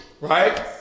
right